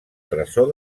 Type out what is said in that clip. tresor